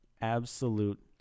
Absolute